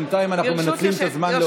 בינתיים אנחנו מנצלים את הזמן להודעה.